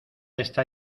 está